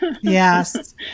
Yes